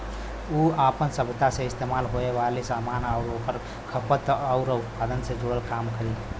उ आपन सभ्यता मे इस्तेमाल होये वाले सामान आउर ओकर खपत आउर उत्पादन से जुड़ल काम करी